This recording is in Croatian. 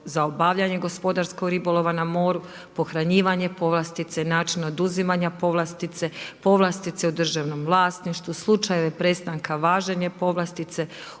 za obavljanje gospodarskog ribolova na moru, pohranjivanje povlastice i načina oduzimanja povlastice, povlastice u državnom vlasništvu, slučajeve prestanke važenja povlastice,